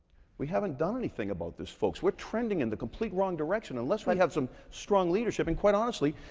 we haven't done anything about this, folks. we're trending in the complete wrong direction unless we have some strong leadership. and quite honestly,